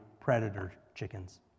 predator-chickens